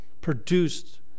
produced